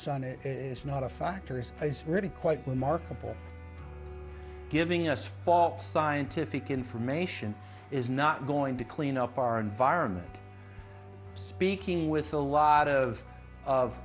it is not a factor this is really quite remarkable giving us fault scientific information is not going to clean up our environment beaking with a lot of of